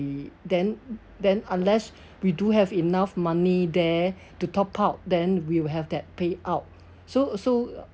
then then unless we do have enough money there to top up then we will have that payout so so